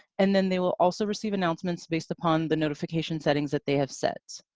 and then they will also receive announcements based upon the notification settings that they have set.